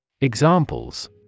Examples